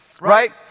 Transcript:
right